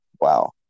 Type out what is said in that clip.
wow